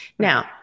Now